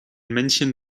männchen